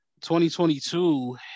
2022